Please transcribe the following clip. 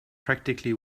practically